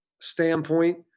standpoint